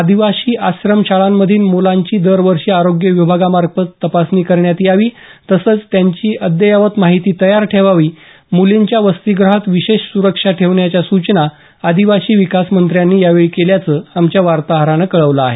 आदिवासी आश्रम शाळांमधील मुलांची दरवर्षी आरोग्य विभागामार्फत तपासणी करण्यात यावी तसंच त्याची अद्ययावत माहिती तयार ठेवावी मुलींच्या वसतिग्रहात विशेष सुरक्षा ठेवण्याच्या सूचना आदिवासी विकास मंत्र्यांनी यावेळी केल्याचं आमच्या वार्ताहरानं कळवलं आहे